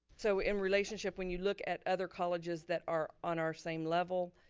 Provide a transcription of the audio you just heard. so in relationship, when you look at other colleges that are on our same level,